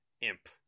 imp